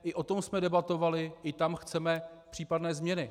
I o tom jsme debatovali, i tam chceme případné změny.